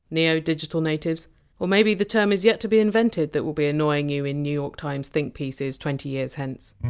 neo-digital natives or maybe the term is yet to be invented that will be annoying you in new york times think pieces some twenty years hence